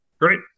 great